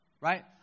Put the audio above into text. right